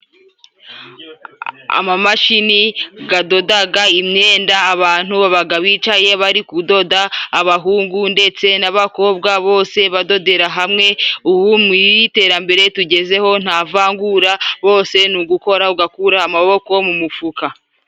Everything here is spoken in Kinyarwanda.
Amashini gadodaga imyenda, abantu babaga bicaye bari kudoda. Abahungu ndetse n'abakobwa bose badodera hamwe, ubu mu iterambere tugezeho nta vangura bose ni ugukora ugakura amaboko mu mufuka.